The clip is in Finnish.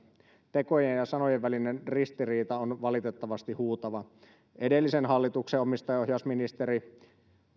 tekojen ja sanojen välinen ristiriita on valitettavasti huutava edellisen hallituksen omistajaohjausministeri